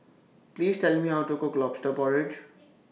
Please Tell Me How to Cook Lobster Porridge